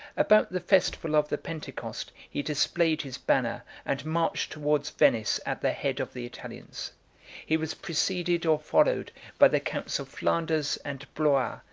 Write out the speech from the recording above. about the festival of the pentecost he displayed his banner, and marched towards venice at the head of the italians he was preceded or followed by the counts of flanders and blois,